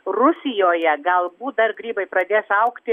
rusijoje galbūt dar grybai pradės augti